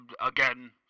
again